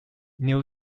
new